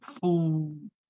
food